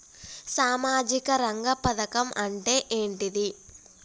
సామాజిక రంగ పథకం అంటే ఏంటిది?